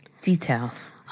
Details